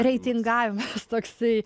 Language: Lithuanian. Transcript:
reitingavimas toksai